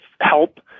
help